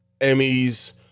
Emmys